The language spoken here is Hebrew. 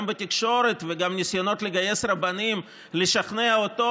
גם בתקשורת וגם ניסיונות לגייס רבנים לשכנע אותו,